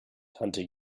tante